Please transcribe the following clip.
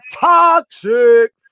toxic